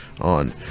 on